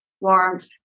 warmth